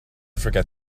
forget